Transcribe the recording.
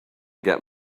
get